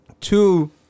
Two